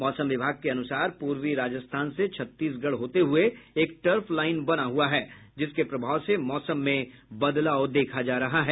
मौसम विभाग के अनुसार पूर्वी राजस्थान से छत्तीसगढ़ होते हुये एक टर्फ लाईन बना हुआ है जिसके प्रभाव से मौमस में बदलाव देखा जा रहा है